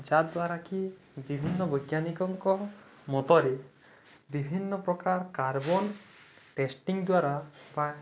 ଯାଦ୍ୱାରା କି ବିଭିନ୍ନ ବୈଜ୍ଞାନିକଙ୍କ ମତରେ ବିଭିନ୍ନ ପ୍ରକାର କାର୍ବନ୍ ଟେଷ୍ଟିଂ ଦ୍ୱାରା